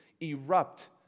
erupt